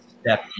step